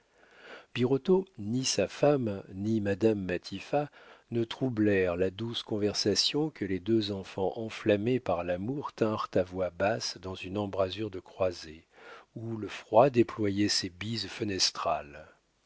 birotteau ni sa femme ni madame matifat ne troublèrent la douce conversation que les deux enfants enflammés par l'amour tinrent à voix basse dans une embrasure de croisée où le froid déployait ses bises fenestrales